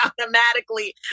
automatically